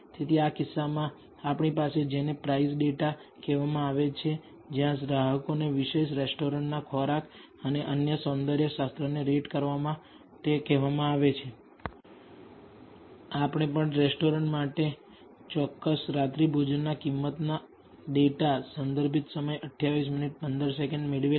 તેથી આ કિસ્સામાં આપણી પાસે જેને પ્રાઈઝ ડેટા કહેવામાં આવે છે જ્યાં ગ્રાહકોને વિશેષ રેસ્ટોરેન્ટના ખોરાક અને અન્ય સૌંદર્ય શાસ્ત્રને રેટ કરવા માટે કહેવામાં આવે છે અને આપણે પણ આ રેસ્ટોરેન્ટ માટે ચોક્કસ રાત્રિભોજનની કિંમતના ડેટા સંદર્ભિત સમય 28 15 મેળવેલા